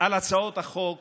על הצעות החוק